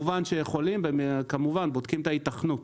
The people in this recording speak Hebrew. יכולים, וכמובן, בודקים את ההיתכנות.